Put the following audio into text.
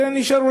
זה נשאר.